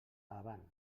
avant